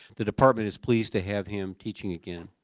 the department is pleased to have him teaching again.